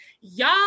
Y'all